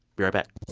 be right back